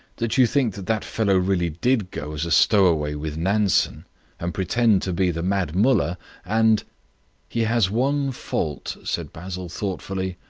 that you think that that fellow really did go as a stowaway with nansen and pretend to be the mad mullah and he has one fault, said basil thoughtfully,